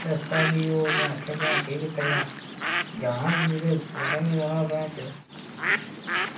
ते रस्ता भी में ओह् आक्खेआ केह् कीता जा जाना बी जरूरी हा रिश्तेदारें बी औना हा